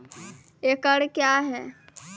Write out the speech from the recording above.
एकड कया हैं?